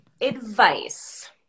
advice